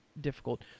difficult